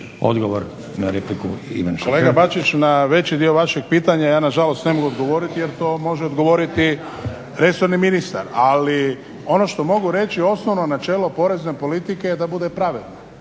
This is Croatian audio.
Odgovor na repliku, Ivan Šuker.